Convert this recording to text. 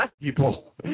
people